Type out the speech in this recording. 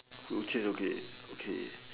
okay okay